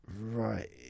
right